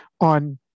on